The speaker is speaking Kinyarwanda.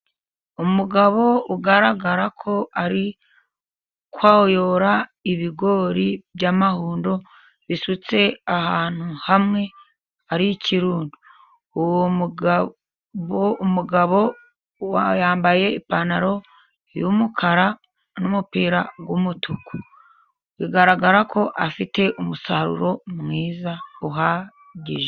Umugabo ugaragara ko ari kwayura ibigori byamahundo bisutse ahantu hamwe arikirundo, uwo mugabo yambaye ipantaro y'umukara n'umupira w'umutuku bigaragara ko afite umusaruro mwiza uhagije.